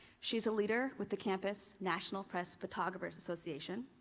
she is a leader with the campus national press photographers association.